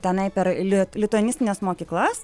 tenai per lit lituanistines mokyklas